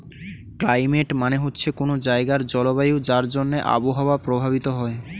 climate মানে হচ্ছে কোনো জায়গার জলবায়ু যার জন্যে আবহাওয়া প্রভাবিত হয়